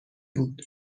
بود